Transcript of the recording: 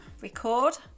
record